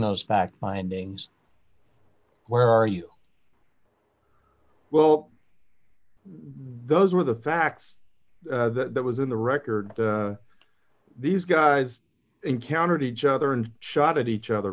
those fact findings where are you well those were the facts that was in the record these guys encountered each other and shot at each other